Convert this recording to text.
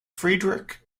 friedrich